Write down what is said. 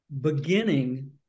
beginning